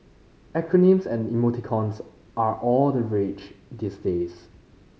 acronyms and emoticons are all the rage these days